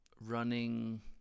running